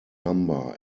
number